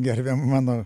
gerbiam mano